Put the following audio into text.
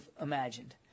imagined